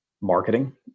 marketing